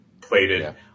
Plated